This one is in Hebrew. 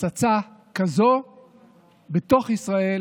פצצה כזאת בתוך ישראל